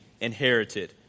inherited